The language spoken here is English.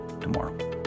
tomorrow